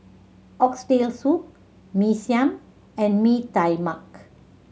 Oxtail Soup Mee Siam and Mee Tai Mak